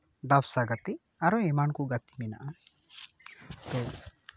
ᱰᱟᱵᱥᱟ ᱜᱟᱛᱮᱜ ᱟᱨᱚ ᱮᱢᱟᱱ ᱠᱚ ᱜᱟᱛᱮᱜ ᱢᱮᱱᱟᱜᱼᱟ ᱥᱮ